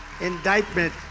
indictment